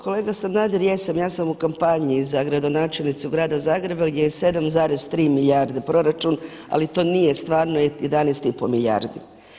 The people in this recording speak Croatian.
Kolega Sanader, jesam ja sam u kampanji za gradonačelnicu grada Zagreba gdje je 7,3 milijarde proračun ali to nije stvarno 11 i pol milijardi.